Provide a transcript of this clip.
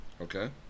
okay